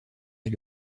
est